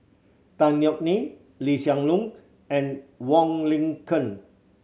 Tan Yeok Nee Lee Hsien Loong and Wong Lin Ken